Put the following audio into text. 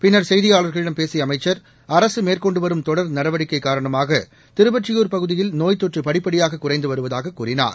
பின்னர் செய்தியாளர்களிடம் பேசியஅமைச்சர் அரசுமேற்கொண்டுவரும் தொடர் நடவடிக்கைகாரணமாகதிருவொற்றியூர் பகுதியில் நோய் தொற்றுபடிப்படியாககுறைந்துவருவதாகக் கூறினார்